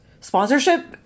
sponsorship